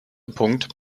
punkt